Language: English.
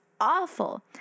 awful